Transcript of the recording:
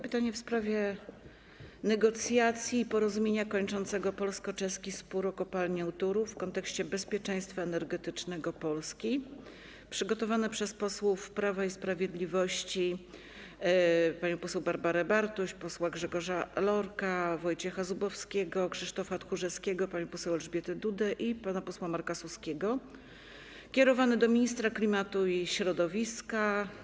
Pytanie w sprawie negocjacji i porozumienia kończącego polsko-czeski spór o kopalnię Turów w kontekście bezpieczeństwa energetycznego Polski, przygotowane przez posłów Prawa i Sprawiedliwości: panią poseł Barbarę Bartuś, panów posłów Grzegorza Lorka, Wojciecha Zubowskiego, Krzysztofa Tchórzewskiego, panią poseł Elżbietę Dudę i pana posła Marka Suskiego - skierowane do ministra klimatu i środowiska.